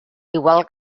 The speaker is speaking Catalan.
igual